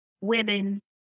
women